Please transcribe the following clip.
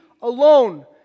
alone